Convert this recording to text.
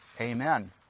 Amen